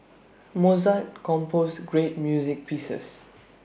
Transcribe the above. Mozart composed great music pieces